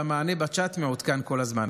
והמענה בצ'אט מעודכן כל הזמן.